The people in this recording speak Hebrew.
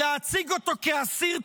להציג אותו כאסיר ציון,